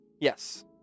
Yes